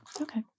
Okay